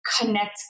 connect